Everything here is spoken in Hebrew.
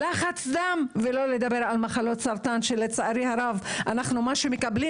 לחץ דם ושלא נדבר על מחלות הסרטן שלצערי הרב מה שאנחנו מקבלים